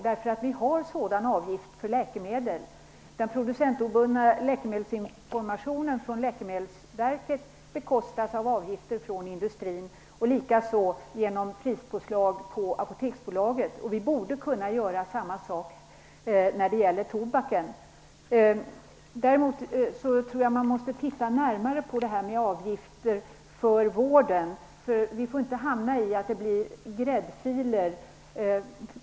Vi har ju en sådan avgift för läkemedel. Den producentobundna läkemedelsinformationen från Läkemedelsverket bekostas av avgifter från industrin och likaså genom prispåslag på Apoteksbolaget. Vi borde kunna göra samma sak när det gäller tobaken. Däremot tror jag att man måste titta närmare på detta med avgifter för vården. Vi får inte hamna i den situationen att det blir gräddfiler.